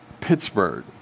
Pittsburgh